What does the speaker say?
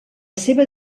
seva